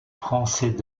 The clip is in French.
français